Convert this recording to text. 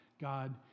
God